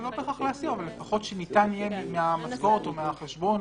אבל לפחות שניתן יהיה מהמשכורת או מהחשבון